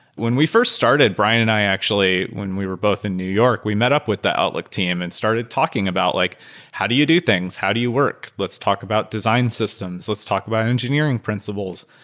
when we first started, brian and i actually, when we were both in new york, we met up with the outlook team and started talking about like how do you do things? how do you work? let's talk about design systems. let's talk about engineering principles.